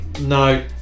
No